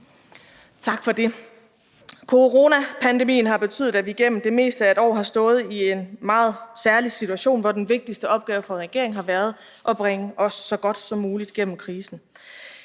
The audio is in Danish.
Tak for det. Coronapandemien har betydet, at vi igennem det meste af et år har stået i en meget særlig situation, hvor den vigtigste opgave for regeringen har været at bringe os så godt som muligt gennem krisen.